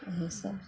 इएहसब